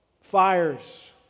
fires